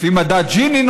לפי מדד ג'יני,